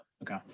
Okay